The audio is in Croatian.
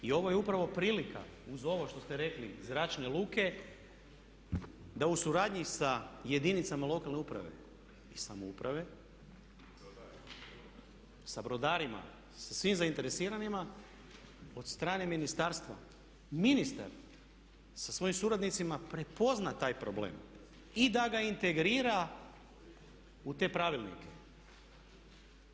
I ovo je upravo prilika uz ovo što ste rekli zračne luke da u suradnji sa jedinicama lokalne uprave i samouprave, sa brodarima, sa svim zainteresiranima od strane ministarstva ministar sa svojim suradnicima prepozna taj problem i da ga integrira u te pravilnike.